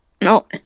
No